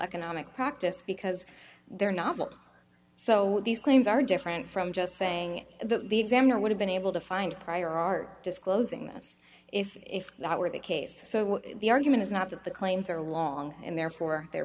economic practice because they're novel so these claims are different from just saying that the examiner would have been able to find prior art disclosing this if that were the case so the argument is not that the claims are long and therefore the